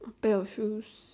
a pair of shoes